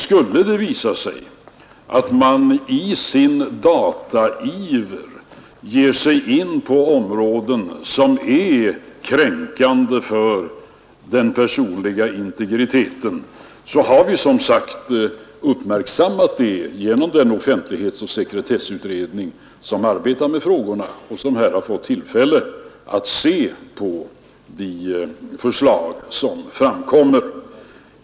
Skulle det visa sig att man i sin dataiver ger sig in på områden som är kränkande för den personliga integriteten, har vi som sagt uppmärksammat det genom den offentlighetsoch sekretessutredning som arbetar med frågorna och som har fått tillfälle att se på de förslag som läggs fram.